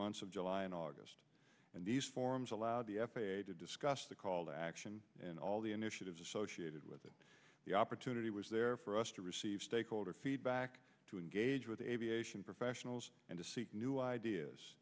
months of july and august and these forums allowed the f a a to discuss the call to action and all the initiatives associated with it the opportunity was there for us to receive stakeholder feedback to engage with aviation professionals and to seek new ideas